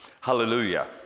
Hallelujah